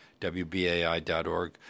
WBAI.org